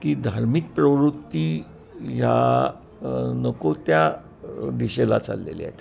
की धार्मिक प्रवृत्ती या नको त्या दिशेला चाललेल्या आहेत